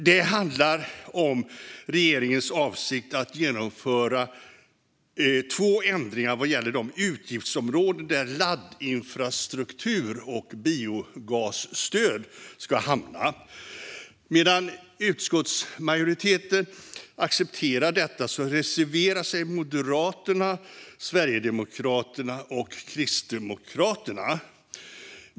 Det handlar om regeringens avsikt att genomföra två ändringar vad gäller de utgiftsområden där laddinfrastruktur och biogasstöd ska hamna. Medan utskottsmajoriteten accepterar detta reserverar sig Moderaterna, Sverigedemokraterna och Kristdemokraterna.